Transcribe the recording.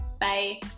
Bye